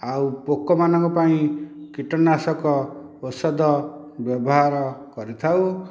ଆଉ ପୋକମାନଙ୍କ ପାଇଁ କୀଟନାଶକ ଔଷଧ ବ୍ୟବହାର କରିଥାଉ